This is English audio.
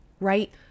right